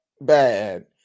bad